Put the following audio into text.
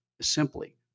simply